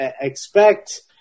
expect